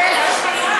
סגן השר,